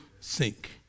sink